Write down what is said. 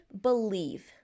believe